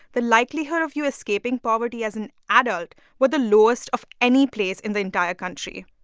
the likelihood of you escaping poverty as an adult were the lowest of any place in the entire country.